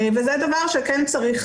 וזה דבר שכן צריך